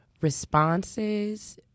responses